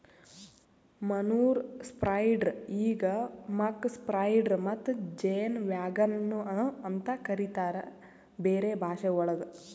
manure spreader ಈಗ್ ಮಕ್ spreader ಮತ್ತ ಜೇನ್ ವ್ಯಾಗನ್ ನು ಅಂತ ಕರಿತಾರ್ ಬೇರೆ ಭಾಷೆವಳಗ್